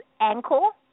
ankle